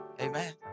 Amen